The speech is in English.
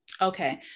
Okay